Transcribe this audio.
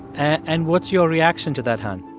and what's your reaction to that, han?